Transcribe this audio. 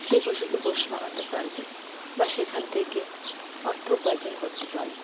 সে পশুকে পোষ মানাতে পারবে বা সেখান থেকে অর্থ উপার্জন করতে পারবে